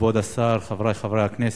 אדוני היושב-ראש, כבוד השר, חברי חבר הכנסת,